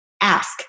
ask